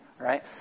right